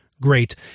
great